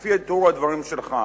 לפי תיאור הדברים שלך,